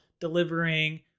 delivering